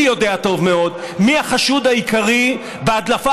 אני יודע טוב מאוד מי החשוד העיקרי בהדלפה